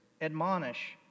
admonish